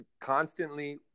constantly